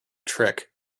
trick